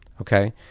okay